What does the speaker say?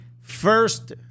first